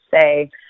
say